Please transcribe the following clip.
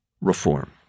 reform